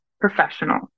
professional